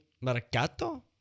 Mercato